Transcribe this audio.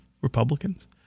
Republicans